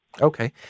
Okay